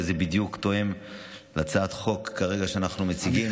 וזה בדיוק תואם את הצעת החוק שכרגע אנחנו מציגים.